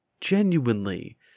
genuinely